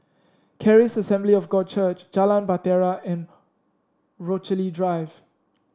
Charis Assembly of God Church Jalan Bahtera and Rochalie Drive